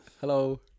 Hello